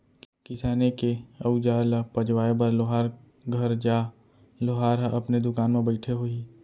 किसानी के अउजार ल पजवाए बर लोहार घर जा, लोहार ह अपने दुकान म बइठे होही